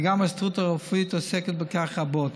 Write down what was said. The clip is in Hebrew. וגם ההסתדרות הרפואית עוסקת בכך רבות.